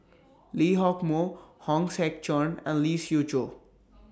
Lee Hock Moh Hong Sek Chern and Lee Siew Choh